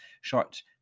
short